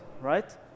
Right